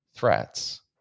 threats